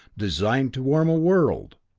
designed to warm a world!